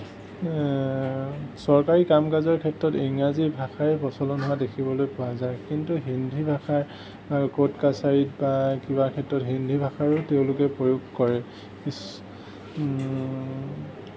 চৰকাৰী কামকাজৰ ক্ষেত্ৰত ইংৰাজী ভাষাই প্ৰচলন হোৱা দেখিবলৈ পোৱা যায় কিন্তু হিন্দী ভাষাৰ ক'ৰ্ট কাছাৰীত বা কিবা ক্ষেত্ৰত হিন্দী ভাষাৰো তেওঁলোকে প্ৰয়োগ কৰে ইচ